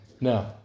No